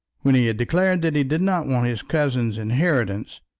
when he had declared that he did not want his cousin's inheritance,